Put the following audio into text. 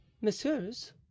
Messieurs